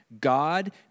God